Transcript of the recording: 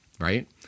right